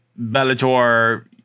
Bellator